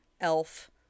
elf